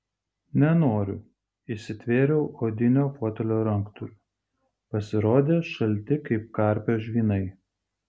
nenoriu įsitvėriau odinio fotelio ranktūrių pasirodė šalti kaip karpio žvynai